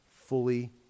fully